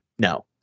No